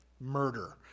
murder